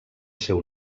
seu